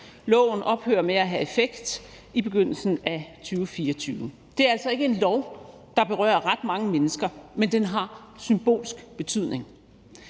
Loven ophører med at have effekt i begyndelsen af 2024. Det er altså ikke en lov, der berører ret mange mennesker, men den har symbolsk betydning.